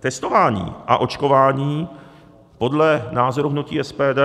Testování a očkování podle názoru hnutí SPD